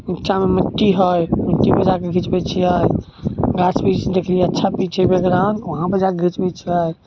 निच्चामे मिट्टी हइ मिट्टीपर जाके घिचबै छिए गाछबिरिछमे देखलिए अच्छा पिछे बैकग्राउण्ड वहाँपर जाके घिचबै छिए